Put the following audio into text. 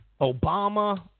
Obama